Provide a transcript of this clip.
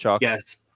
Yes